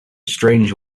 strange